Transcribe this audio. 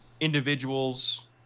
individuals